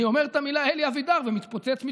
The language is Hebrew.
אני אומר את המילים "אלי אבידר" ומתפוצץ מצחוק.